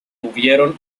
tuvieron